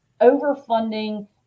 overfunding